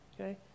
okay